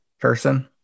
person